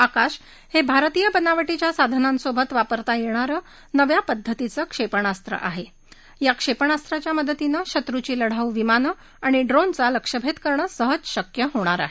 आकाश हे भारतीय बनावीच्या साधनांसोबत वापरता येणारं नव्या पद्धतीचं क्षेपणास्त्राच्या मदतीनं शत्रूची लढाऊ विमान आणि ड्रोनचा लक्ष्यभेद करणं सहज शक्य होणार आहे